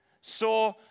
saw